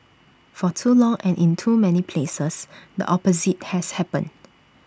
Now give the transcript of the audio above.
for too long and in too many places the opposite has happened